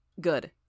Good